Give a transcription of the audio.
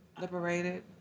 Liberated